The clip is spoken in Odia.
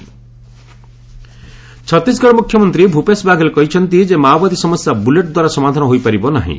ଛତିଶଗଡ଼ ଛତିଶଗଡ଼ ମୁଖ୍ୟମନ୍ତ୍ରୀ ଭୂପେଶ ବାଘେଲ କହିଛନ୍ତି ଯେ ମାଓବାଦୀ ସମସ୍ୟା ବୁଲେଟ୍ ଦ୍ୱାରା ସମାଧାନ ହୋଇପାରିବ ନାହିଁ